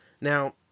Now